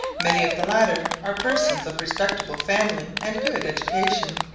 many of the latter are persons of respectable family and good education.